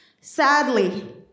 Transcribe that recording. Sadly